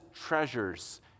treasures